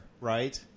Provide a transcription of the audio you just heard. right